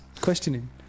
questioning